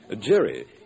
Jerry